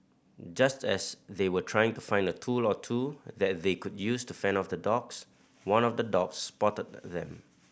just as they were trying to find a tool or two that they could use to fend off the dogs one of the dogs spotted them